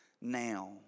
now